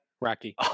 Rocky